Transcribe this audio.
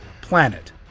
Planet